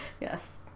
Yes